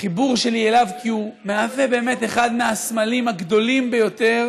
החיבור שלי אליו הוא כי הוא מהווה באמת אחד מהסמלים הגדולים ביותר